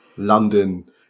London